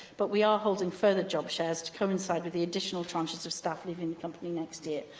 but we are holding further job fairs to coincide with the additional tranches of staff leaving the company next year.